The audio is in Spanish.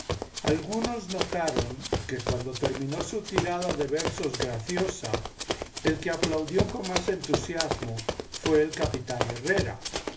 algunos notaron que cuando terminó su tirada de versos graciosa el que aplaudió con más entusiasmo fué el capitán herrera